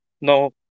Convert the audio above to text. No